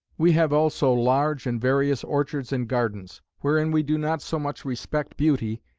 we have also large and various orchards and gardens wherein we do not so much respect beauty,